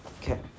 Okay